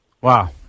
wow